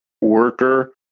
worker